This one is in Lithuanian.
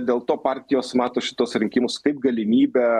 dėl to partijos mato šituos rinkimus kaip galimybę